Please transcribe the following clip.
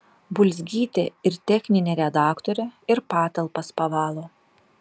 bulzgytė ir techninė redaktorė ir patalpas pavalo